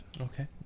Okay